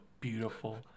beautiful